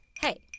Hey